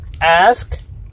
ask